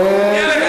ברקו,